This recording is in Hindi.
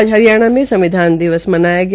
आज हरियाणा में संविधान दिवस मनाया गया